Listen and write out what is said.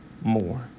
more